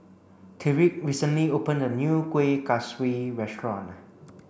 Tyreek recently opened a new Kuih Kaswi restaurant